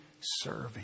serving